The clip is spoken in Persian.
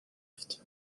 رفت